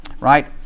right